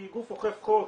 היא גוף אוכף חוק,